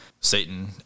Satan